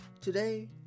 Today